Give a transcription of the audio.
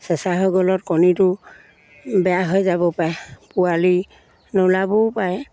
চেঁচা হৈ গলত কণীটো বেয়া হৈ যাব পাৰে পোৱালি নোলাবও পাৰে